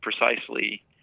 precisely